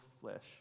flesh